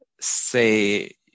say